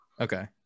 Okay